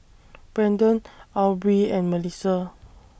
Brendon Aubree and Mellissa